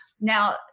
Now